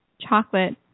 chocolate